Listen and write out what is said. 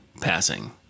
passing